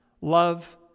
Love